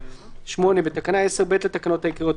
8. בתקנה 10(ב) לתקנות העיקריות,